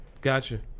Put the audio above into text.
Gotcha